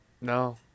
No